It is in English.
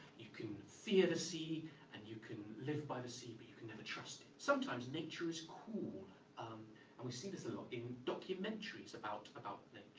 you can fear the sea and you can live by the sea, but you can never trust it. sometimes nature is cool, um and we see this a lot in documentaries about about